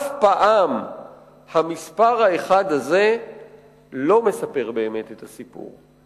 אף פעם המספר האחד הזה לא מספר באמת את הסיפור.